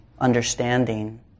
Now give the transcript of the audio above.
understanding